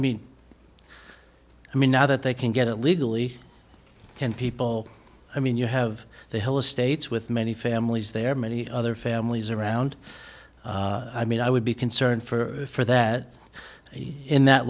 mean i mean now that they can get it legally can people i mean you have the whole estates with many families there many other families around i mean i would be concerned for that in that